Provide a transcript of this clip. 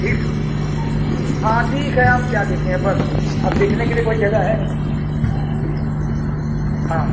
ठीक हाँ ठीक है अब क्या देखें बस अब देखने के लिए कोई जगह है नहीं ठीक है हाँ